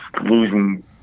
losing